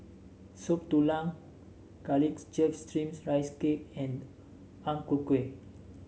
Soup Tulang Garlic Chives Steamed Rice Cake and Ang Ku Kueh